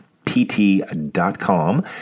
PT.com